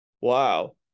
wow